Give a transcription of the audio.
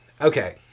Okay